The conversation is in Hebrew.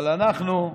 אבל אנחנו,